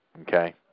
Okay